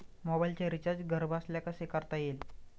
मोबाइलचे रिचार्ज घरबसल्या कसे करता येईल?